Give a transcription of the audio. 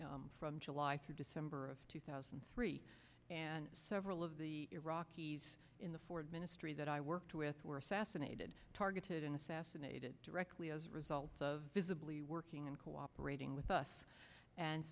iraq from july through december of two thousand and three and several of the iraqis in the foreign ministry that i worked with were assassinated targeted and assassinated directly as results of visibly working and cooperating with us and